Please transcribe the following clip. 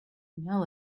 now